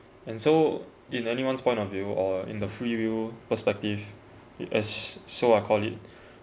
and so in anyone's point of view or in the free will perspective i~ as so I call it